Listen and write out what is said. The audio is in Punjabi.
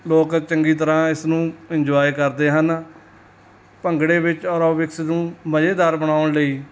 ਲੋਕ ਚੰਗੀ ਤਰ੍ਹਾਂ ਇਸ ਨੂੰ ਇੰਜੋਏ ਕਰਦੇ ਹਨ ਭੰਗੜੇ ਵਿੱਚ ਔਰਓਬਿਕਸ ਨੂੰ ਮਜ਼ੇਦਾਰ ਬਣਾਉਣ ਲਈ